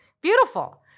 beautiful